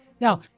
Now